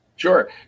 Sure